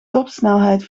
topsnelheid